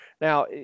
now